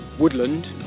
woodland